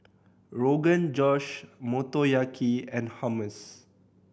Rogan Josh Motoyaki and Hummus